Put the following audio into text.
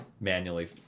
manually